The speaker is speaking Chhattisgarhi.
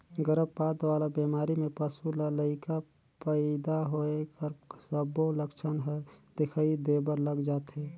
गरभपात वाला बेमारी में पसू ल लइका पइदा होए कर सबो लक्छन हर दिखई देबर लग जाथे